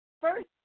first